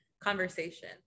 conversation